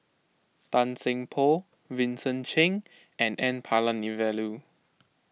Tan Seng Poh Vincent Cheng and N Palanivelu